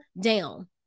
down